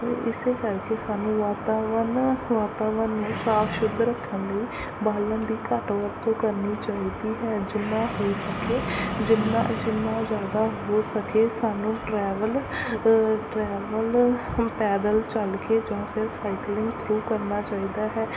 ਇਸੇ ਕਰਕੇ ਸਾਨੂੰ ਵਾਤਾਵਰਨ ਵਾਤਾਵਰਨ ਨੂੰ ਸਾਫ਼ ਸ਼ੁੱਧ ਰੱਖਣ ਲਈ ਬਾਲਣ ਦੀ ਘੱਟ ਵਰਤੋਂ ਕਰਨੀ ਚਾਹੀਦੀ ਹੈ ਜਿੰਨਾ ਹੋ ਸਕੇ ਜਿੰਨਾ ਜਿੰਨਾ ਜ਼ਿਆਦਾ ਹੋ ਸਕੇ ਸਾਨੂੰ ਟਰੈਵਲ ਟਰੈਵਲ ਪੈਦਲ ਚੱਲ ਕੇ ਜਾਂ ਫਿਰ ਸਾਈਕਲਿੰਗ ਥਰੂ ਕਰਨਾ ਚਾਹੀਦਾ ਹੈ